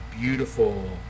beautiful